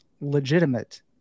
legitimate